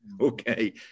Okay